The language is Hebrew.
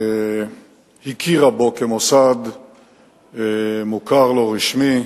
הוא הוכר כמוסד מוכר לא רשמי.